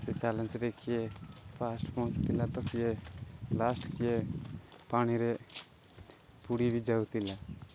ସେ ଚ୍ୟାଲେଞ୍ରେ କିଏ ଫାର୍ଷ୍ଟ ପହଞ୍ଚୁଥିଲା ତ କିଏ ଲାଷ୍ଟ କିଏ ପାଣିରେ ବୁଡ଼ି ଯାଉଥିଲା